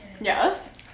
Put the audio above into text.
Yes